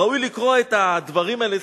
ראוי לקרוא את הדברים האלה.